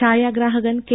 ഛായാഗ്രാഹകൻ K